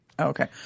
Okay